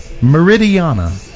Meridiana